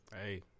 Hey